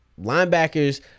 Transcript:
linebackers